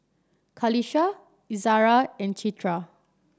Qalisha Izzara and Citra